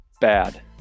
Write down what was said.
bad